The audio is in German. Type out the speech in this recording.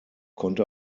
konnte